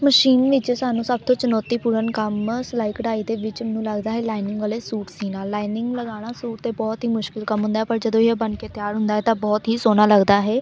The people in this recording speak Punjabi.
ਮਸ਼ੀਨ ਵਿੱਚ ਸਾਨੂੰ ਸਭ ਤੋਂ ਚੁਣੌਤੀਪੂਰਨ ਕੰਮ ਸਿਲਾਈ ਕਢਾਈ ਦੇ ਵਿੱਚ ਮੈਨੂੰ ਲੱਗਦਾ ਹੈ ਲਾਈਨਿੰਗ ਵਾਲੇ ਸੂਟ ਸਿਊਣਾ ਲਾਈਨਿੰਗ ਲਗਾਉਣਾ ਸੂਟ 'ਤੇ ਬਹੁਤ ਹੀ ਮੁਸ਼ਕਿਲ ਕੰਮ ਹੁੰਦਾ ਪਰ ਜਦੋਂ ਵੀ ਇਹ ਬਣ ਕੇ ਤਿਆਰ ਹੁੰਦਾ ਤਾਂ ਬਹੁਤ ਹੀ ਸੋਹਣਾ ਲੱਗਦਾ ਹੈ